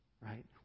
Right